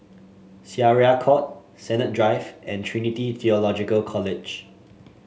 Syariah Court Sennett Drive and Trinity Theological College